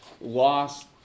lost